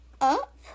up